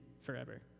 forever